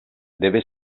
debe